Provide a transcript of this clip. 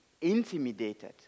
intimidated